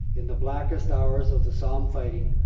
in the blackest hours of the somme fighting,